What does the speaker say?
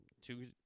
two